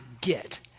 get